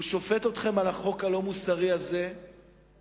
הוא שופט אתכם על החוק הלא-מוסרי הזה שכנראה